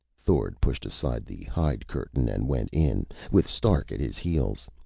thord pushed aside the hide curtain and went in, with stark at his heels.